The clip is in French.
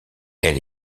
elle